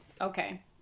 okay